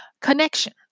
connection